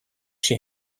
she